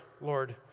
Lord